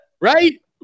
Right